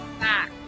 back